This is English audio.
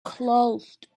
closed